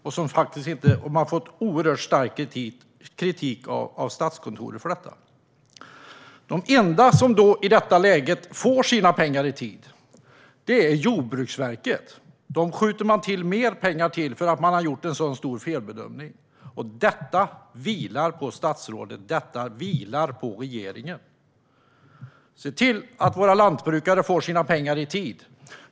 De har fått oerhört stark kritik av Statskontoret för detta. De enda som i detta läge får sina pengar i tid är Jordbruksverket. Man skjuter till mer pengar till dem för att man har gjort en så stor felbedömning. Detta vilar på statsrådet. Detta vilar på regeringen. Se till att våra lantbrukare får sina pengar i tid!